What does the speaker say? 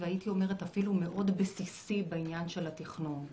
והייתי אומרת אפילו מאוד בסיסי בעניין של התכנון.